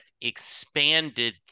expanded